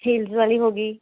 heels ਵਾਲੀ ਹੋ ਗਈ